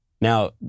Now